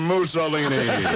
Mussolini